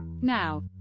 Now